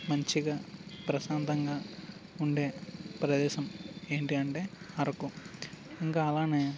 మంచిగా ప్రశాంతంగా ఉండే ప్రదేశం ఏంటి అంటే అరకు ఇంకా అలానే